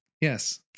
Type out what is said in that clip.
Yes